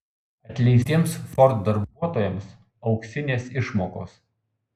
atleistiems ford darbuotojams auksinės išmokos